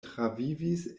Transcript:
travivis